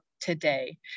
today